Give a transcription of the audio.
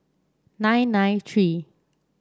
nine nine three